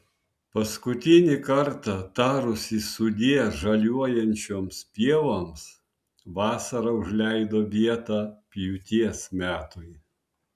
paskutinį kartą tarusi sudie žaliuojančioms pievoms vasara užleido vietą pjūties metui